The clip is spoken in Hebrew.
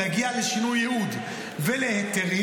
להגיע לשינוי ייעוד ולהיתרים,